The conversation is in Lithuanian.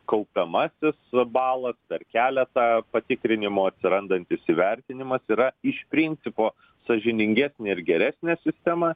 kaupiamasis balas per keletą patikrinimų atsirandantis įvertinimas yra iš principo sąžiningesnė ir geresnė sistema